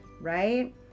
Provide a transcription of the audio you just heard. Right